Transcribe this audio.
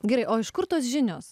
gerai o iš kur tos žinios